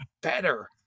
better